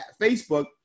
Facebook